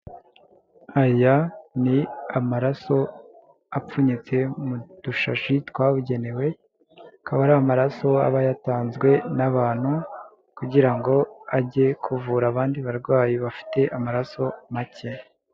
Aya ni amaraso apfunyitse mu dushashi twabugenewe, akaba ari amaraso aba yatanzwe n'abantu, kugira ngo ajye kuvura abandi barwayi bafite amaraso make.